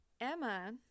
Emma